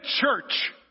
church